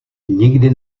nikdy